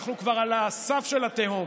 אנחנו כבר על הסף של התהום,